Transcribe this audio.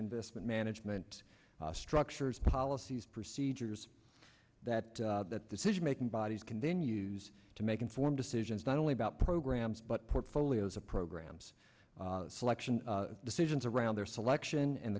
investment management structures policies procedures that decision making bodies continues to make informed decisions not only about programs but portfolios of programs selection decisions around their selection and